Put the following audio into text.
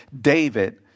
David